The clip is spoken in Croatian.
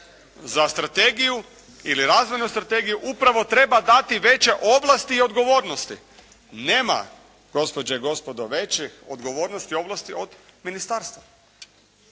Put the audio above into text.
za strategiju ili razvojnu strategiju upravo treba dati veće ovlasti i odgovornosti. Nema gospođe i gospodo veće odgovornosti i ovlasti od ministarstva.